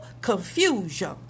confusion